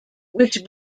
which